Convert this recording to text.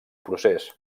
procés